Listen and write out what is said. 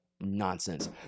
nonsense